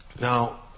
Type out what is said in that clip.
Now